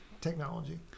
technology